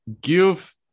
give